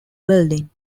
welding